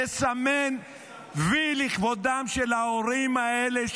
לסמן וי לכבודם של ההורים האלה,